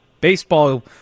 baseball